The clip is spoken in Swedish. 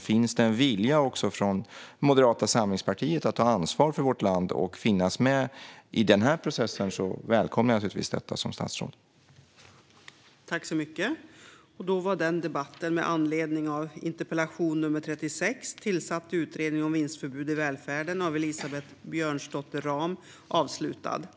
Finns det en vilja också från Moderata samlingspartiet att ta ansvar för vårt land och finnas med i denna process välkomnar jag som statsråd naturligtvis detta.